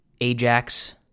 Ajax